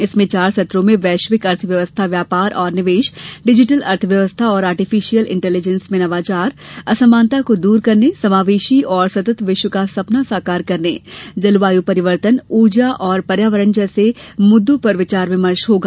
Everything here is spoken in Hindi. इसमें चार सत्रों में वैश्विक अर्थव्यवस्था व्यापार और निवेश डिजिटल अर्थव्यवस्था और आर्टिफिशियल इंटेलीजेंस में नवाचार असमानता को दूर करने समावेशी और सतत विश्व का सपना साकार करने जलवायु परिवर्तन ऊर्जा और पर्यावरण जैसे मुद्दों पर विचार विमर्श होगा